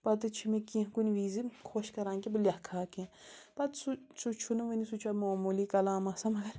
پَتہٕ چھِ مےٚ کیٚنٛہہ کُنہِ وِزِ خۄش کَران کہِ بہٕ لٮ۪کھہٕ ہا کیٚنٛہہ پَتہٕ سُہ سُہ چھُنہٕ وٕنہِ سُہ چھےٚ معموٗلی کَلام آسان مگر